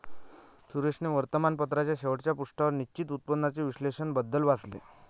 सुरेशने वर्तमानपत्राच्या शेवटच्या पृष्ठावर निश्चित उत्पन्नाचे विश्लेषण बद्दल वाचले